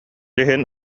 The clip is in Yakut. иһин